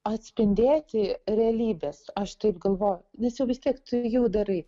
atspindėti realybės aš taip galvoju nes jau vis tiek tu jau darai